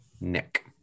Nick